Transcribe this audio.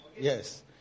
Yes